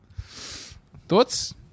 Thoughts